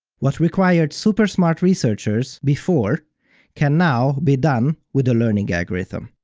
what required super smart researchers before can now be done with a learning algorithm.